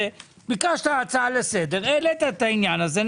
ביקשת הצעה לסדר, העלית את העניין הזה.